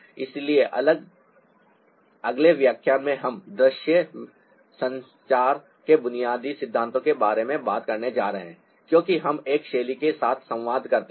इसलिए अगले व्याख्यान में हम दृश्य संचार के बुनियादी सिद्धांतों के बारे में बात करने जा रहे हैं क्योंकि हम एक शैली के साथ संवाद करते हैं